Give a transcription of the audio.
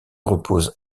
repose